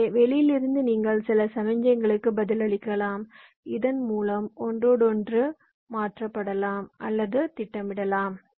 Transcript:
எனவே வெளியில் இருந்து நீங்கள் சில சமிக்ஞைகளுக்கு பதில் அளிக்கலாம் இதன் மூலம் ஒன்றோடொன்று மாற்றப்படலாம் அல்லது திட்டமிடலாம்